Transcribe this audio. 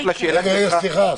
בהמשך לשאלה שלך --- סליחה.